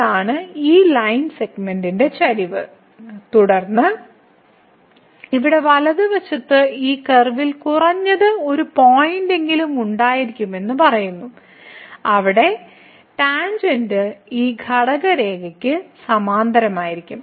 ഇതാണ് ഈ ലൈൻ സെഗ്മെന്റിന്റെ ചരിവ് തുടർന്ന് ഇവിടെ വലതുവശത്ത് ഈ കർവിൽ കുറഞ്ഞത് ഒരു പോയിന്റെങ്കിലും ഉണ്ടായിരിക്കുമെന്ന് പറയുന്നു അവിടെ ടാൻജെന്റ് ഈ ഘടകരേഖയ്ക്ക് സമാന്തരമായിരിക്കും